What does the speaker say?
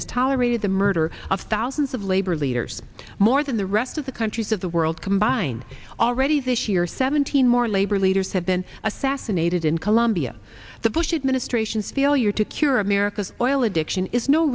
has tolerated the murder of thousands of labor leaders more than the rest of the countries of the world combined already this year seventeen more labor leaders have been assassinated in colombia the bush administration's failure to cure america's oil addiction is no